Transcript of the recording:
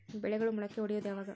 ಬೆಳೆಗಳು ಮೊಳಕೆ ಒಡಿಯೋದ್ ಯಾವಾಗ್?